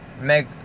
make